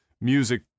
music